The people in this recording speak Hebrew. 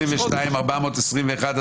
רוויזיה מס' 12, מתייחסת להסתייגויות 240-212,